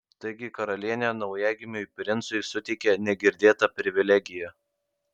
taigi karalienė naujagimiui princui suteikė negirdėtą privilegiją